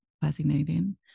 fascinating